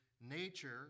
nature